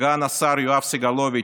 סגן השר יואב סגלוביץ'